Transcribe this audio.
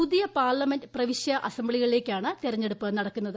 പുതിയ പാർലമെന്റ് പ്രവിശ്യാ അസംബ്ലികളിലേക്കാണ് തെരഞ്ഞെടുപ്പ് നടക്കുന്നത്